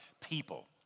people